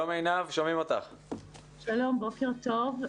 בוקר טוב.